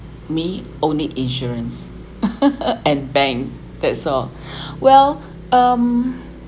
me only insurances and bank that's all well um